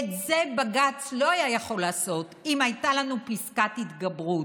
את זה בג"ץ לא היה יכול לעשות אם הייתה לנו פסקת התגברות.